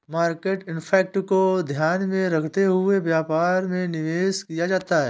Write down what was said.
market impact को ध्यान में रखते हुए व्यापार में निवेश किया जाता है